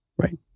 Right